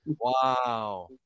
wow